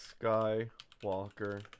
Skywalker